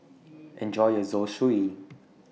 Enjoy your Zosui